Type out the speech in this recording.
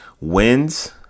wins